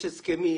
יש הסכמים.